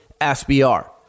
SBR